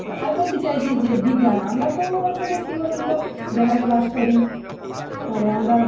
আর বলতে চাইছি যে বিজ্ঞান আমরা তো হচ্ছে কি কী বলুন তো গ্রামে বাস করি মানে আমরা